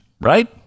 right